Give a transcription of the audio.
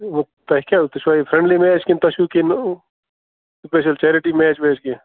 وۅنۍ تۄہہِ کیٛاہ تُہۍ چھُوا یہِ فرٛینٛڈلی میچ کِنہٕ تۅہہِ چھُو کِنہٕ سُپیشل چیرَٹی میچ ویچ کیٚنٛہہ